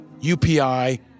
UPI